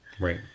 right